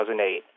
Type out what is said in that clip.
2008